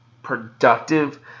productive